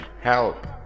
Help